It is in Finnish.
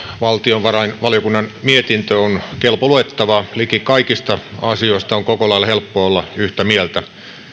valtiovarainvaliokunnan mietintö on kelpo luettavaa liki kaikista asioista on koko lailla helppo olla yhtä mieltä